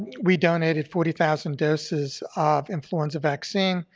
we donated forty thousand doses of influenza vaccine,